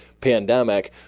pandemic